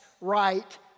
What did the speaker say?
right